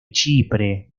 chipre